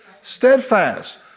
Steadfast